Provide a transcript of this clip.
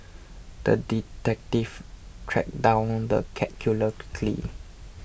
the detective tracked down the cat killer quickly